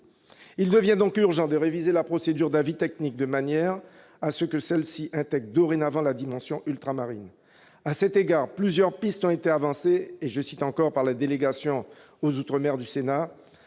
Il devient donc urgent de réviser la procédure d'avis technique, de manière que celle-ci intègre dorénavant la dimension ultramarine. À cet égard, plusieurs pistes ont été esquissées par la délégation aux outre-mer du Sénat